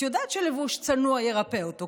את יודעת שלבוש צנוע ירפא אותו.